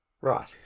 Right